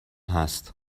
هست